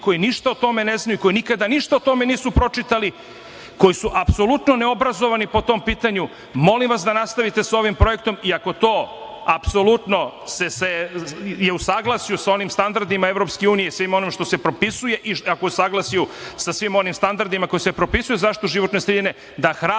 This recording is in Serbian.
koji ništa o tome ne znaju, koji nikada ništa o tome nisu pročitali, koji su apsolutno neobrazovani po tom pitanju, molim vas da nastavite s ovim projektom, i ako to apsolutno je u saglasju sa onim standardima EU i svim onim što se propisuje i ako je u saglasju sa svim onim standardima koji se propisuju za zaštitu životne sredine, da hrabro